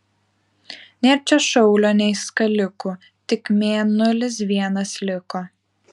nėr čia šaulio nei skalikų tik mėnulis vienas liko